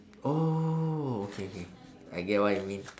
oh okay okay I get what you mean